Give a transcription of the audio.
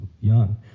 young